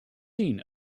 seen